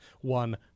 one